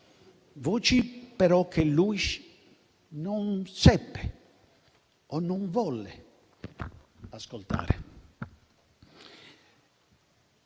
voci, però, che lui non seppe o non volle ascoltare.